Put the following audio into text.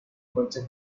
conchas